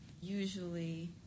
Usually